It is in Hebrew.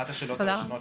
אחת השאלות ששאלתי